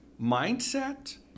mindset